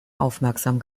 aufmerksam